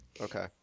Okay